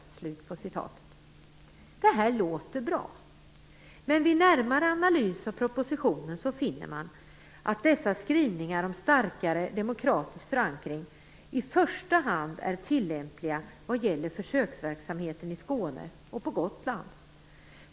Detta låter bra. Men vid närmare analys av propositionen finner man att dessa skrivningar om starkare demokratisk förankring i första hand är tillämpliga vad gäller försöksverksamheten i Skåne och på Gotland.